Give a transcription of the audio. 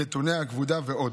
נתוני הכבודה ועוד.